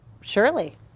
surely